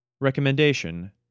Recommendation